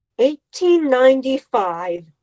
1895